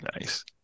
Nice